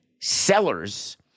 sellers